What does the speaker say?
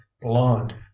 blonde